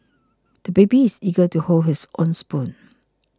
the baby is eager to hold his own spoon